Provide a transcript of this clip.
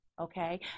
Okay